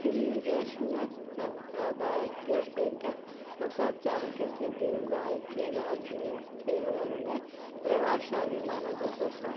श्री वैष्णव संप्रदाय के वेंकट तथाचार्य कृष्ण देव राय के राजगुरु थे और उन्हें प्रभावशाली माना जाता था